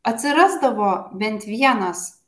atsirasdavo bent vienas